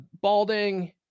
Balding